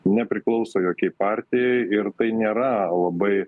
nepriklauso jokiai partijai ir tai nėra labai